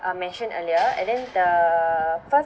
uh mentioned earlier and then the first